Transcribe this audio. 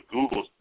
Google